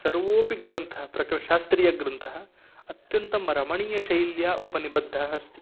सर्वोपि ग्रन्थाः प्राक्शास्त्रीय ग्रन्थाः अत्यन्तं रमणीयशैल्या उपनिबद्धाः अस्ति